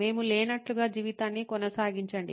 మేము లేనట్లుగా జీవితాన్ని కొనసాగించండి